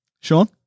Sean